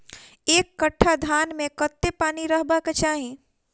एक कट्ठा धान मे कत्ते पानि रहबाक चाहि?